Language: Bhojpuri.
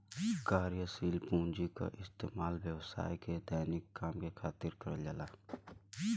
कार्यशील पूँजी क इस्तेमाल व्यवसाय के दैनिक काम के खातिर करल जाला